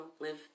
live